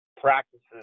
practices